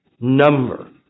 number